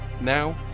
Now